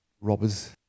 robbers